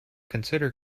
consider